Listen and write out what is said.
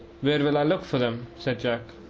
where will i look for them? said jack.